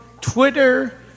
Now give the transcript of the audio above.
Twitter